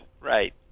right